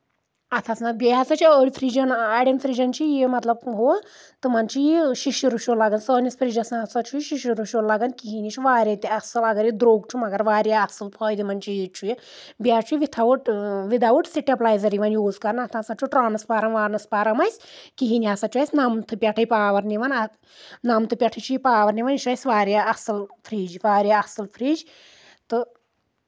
اَتھ ہسا بیٚیہِ ہسا چھِ أڑۍ فرجَن اَڑؠن فرجَن چھُ یہِ مطلب ہُہ تِمَن چھُ یہِ شِشُر وِشُر لَگن سٲنِس فرجَس نہ سا چھُ یہِ شِشُر وِشُر لگان کہیٖنۍ یہِ چھُ واریاہ تہِ اَصٕل اَگرے درٛوگ چھُ مگر واریاہ اَصٕل فٲیدٕ منٛد چیٖز چھُ یہِ بیٚیہِ حظ چھُ وِتھا اَوُٹ وِد اَوُٹ سِٹپلایزَر یِوان یوٗز کَرَان اَتھ نسا چھُ ٹرانسفارم وانسفارم اَسہِ کِہیٖنۍ یہِ ہسا چھُ اَسہِ نَمتھٕ پؠٹھٕے پاوَر نِوان اَتھ نَمتھٕ پؠٹھٕے چھُ یہِ پاوَر نِوان یہِ چھُ اَسہِ واریاہ اَصٕل فرج واریاہ اَصٕل فرج